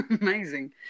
Amazing